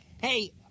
Hey